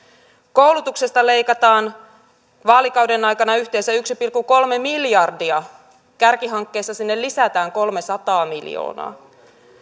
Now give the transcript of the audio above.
koulutuksesta leikataan vaalikauden aikana yhteensä yksi pilkku kolme miljardia kärkihankkeissa sinne lisätään kolmesataa miljoonaa